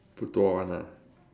不多 one ah